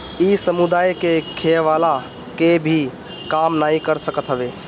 इ समुदाय के खियवला के भी काम नाइ कर सकत हवे